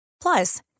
Plus